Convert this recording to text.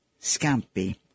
scampi